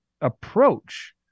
approach